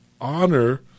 honor